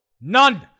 none